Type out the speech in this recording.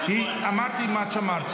אמרתי מה שאמרתי.